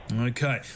Okay